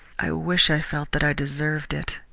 i wish i felt that i deserved it,